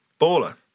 Baller